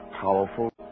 powerful